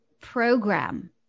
program